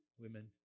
women